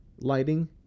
lighting